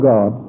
God